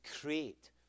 create